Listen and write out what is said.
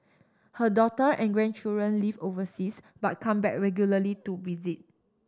her daughter and grandchildren live overseas but come back regularly to visit